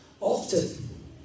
Often